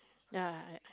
ya I